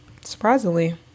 Surprisingly